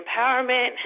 empowerment